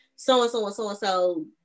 so-and-so-and-so-and-so